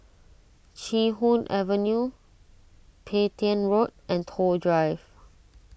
Chee Hoon Avenue Petain Road and Toh Drive